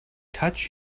touch